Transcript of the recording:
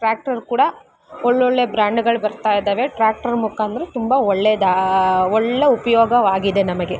tractor ಕೂಡ ಒಳ್ಳೊಳ್ಳೆ ಬ್ರ್ಯಾಂಡ್ಗಳು ಬರ್ತಾ ಇದ್ದಾವೆ ಟ್ರಾಕ್ಟ್ರ್ ಮುಕಂದ್ರೆ ತುಂಬ ಒಳ್ಳೆದಾ ಒಳ್ಳೆ ಉಪಯೋಗವಾಗಿದೆ ನಮಗೆ